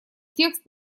текст